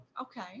okay